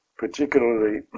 particularly